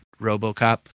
RoboCop